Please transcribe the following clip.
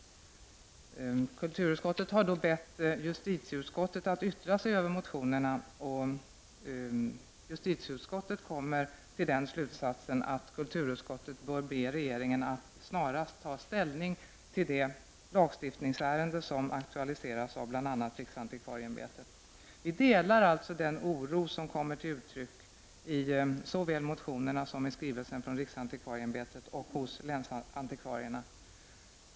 Kulturutskottet har bett justitieutskottet att yttra sig över motionerna, och justitieutskottet har kommit till slutsatsen att kulturutskottet bör be regeringen att snarast ta ställning till det lagstiftningsärende som aktualiseras av riksantikvarieämbetet. Vi delar alltså den oro som kommer till uttryck såväl i motionerna som i skrivelsen från riksantikvarieämbetet — och hos länsantikvarierna.